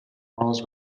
walls